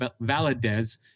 Valadez